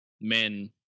men